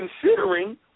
considering